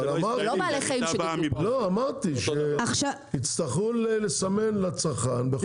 אמרתי שיצטרכו לסמן לצרכן.